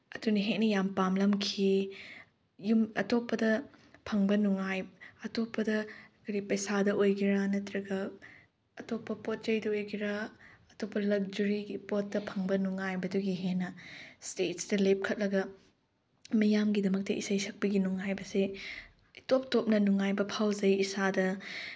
ꯑꯗꯨꯅ ꯍꯦꯟꯅ ꯌꯥꯝ ꯄꯥꯝꯂꯝꯈꯤ ꯌꯨꯝ ꯑꯇꯣꯞꯄꯗ ꯐꯪꯕ ꯑꯇꯣꯞꯄ ꯀꯔꯤ ꯄꯩꯁꯥꯗ ꯑꯣꯏꯒꯦꯔ ꯅꯠꯇ꯭ꯔꯒ ꯑꯇꯣꯞꯄ ꯄꯣꯠ ꯆꯩꯗ ꯑꯣꯏꯒꯦꯔ ꯑꯇꯣꯞꯄ ꯂꯛꯖꯔꯤꯒꯤ ꯄꯣꯠꯇ ꯐꯪꯕ ꯅꯨꯡꯉꯥꯏꯕꯗꯨꯒꯤ ꯍꯦꯟꯅ ꯏꯁꯇꯦꯖꯇ ꯂꯦꯞꯈꯠꯂꯒ ꯃꯤꯌꯥꯝꯒꯤꯗꯃꯛꯇ ꯏꯁꯩ ꯁꯛꯄꯒꯤ ꯅꯨꯡꯉꯥꯏꯕꯁꯦ ꯏꯇꯣꯞ ꯇꯣꯞꯅ ꯅꯨꯡꯉꯥꯏꯕ ꯐꯥꯎꯖꯩ ꯏꯁꯥꯗ